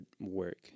work